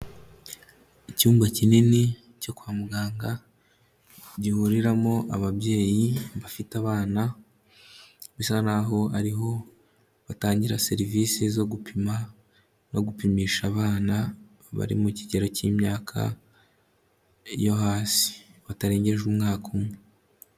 Icyumba kinini cyo kwa muganga gihuriramo ababyeyi bafite abana, bisa n'aho ari ho batangira serivise zo gupima no gupimisha abana bari mu kigero k'imyaka yo hasi, batarengeje umwaka umwe.